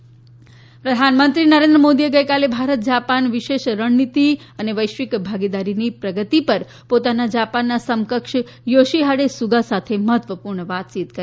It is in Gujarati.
પ્રધાનમંત્રી જાપાન પ્રધાનમંત્રી નરેન્દ્ર મોદીએ ગઇકાલે ભારત જાપાન વિશેષ રણનીતી અને વૈશ્વિક ભાગીદારીની પ્રગતિ પર પોતાના જાપાનના સમકક્ષ થોશીહાડે સુગા સાથે મહત્વપુર્ણ વાતયીત કરી